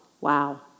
wow